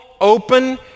open